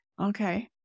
okay